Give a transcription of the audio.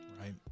right